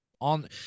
on